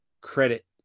credit